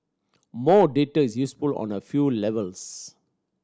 more data is useful on a few levels